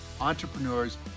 entrepreneurs